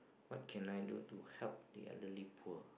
what can I do to help the elderly poor